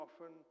often